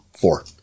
Four